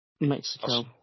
Mexico